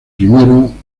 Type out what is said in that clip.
primero